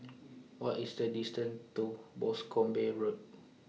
What IS The distance to Boscombe Road